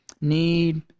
need